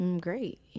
great